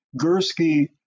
Gursky